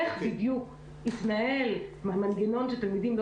איך בדיוק יתנהל המנגנון שתלמידים לא